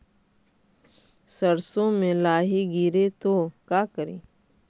सरसो मे लाहि गिरे तो का करि?